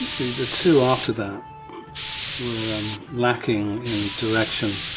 the the two after that were lacking in direction.